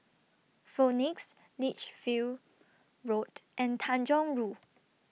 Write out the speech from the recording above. Phoenix Lichfield Road and Tanjong Rhu